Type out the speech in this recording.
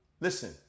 Listen